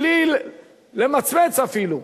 בלי למצמץ אפילו,